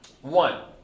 One